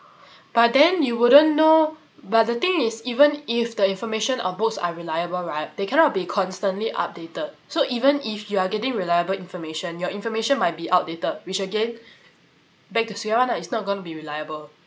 but then you wouldn't know but the thing is even if the information on books are reliable right they cannot be constantly updated so even if you are getting reliable information your information might be outdated which again back to square one lah it's not gonna be reliable